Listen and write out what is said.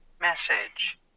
message